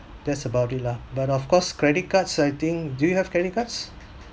that's about it lah but of course credit cards I think do you have credit cards